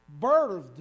birthed